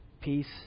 peace